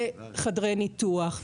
זה חדרי ניתוח,